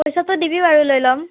পইচাটো দিবি বাৰু লৈ ল'ম